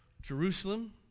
Jerusalem